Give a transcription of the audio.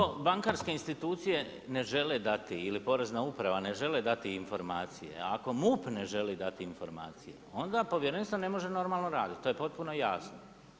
Pa ukoliko bankarske institucije ne žele dati ili Porezna uprava ne žele dati informacije, ako MUP ne želi dati informacije, onda povjerenstvo ne može normalno raditi, to je potpuno jasno.